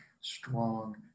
strong